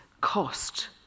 cost